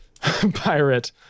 pirate